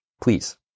please